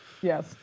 Yes